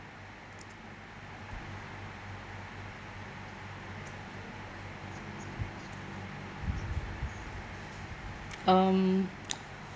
um